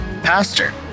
Pastor